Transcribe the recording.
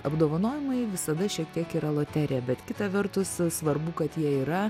apdovanojimai visada šiek tiek yra loterija bet kita vertus svarbu kad jie yra